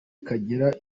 kagira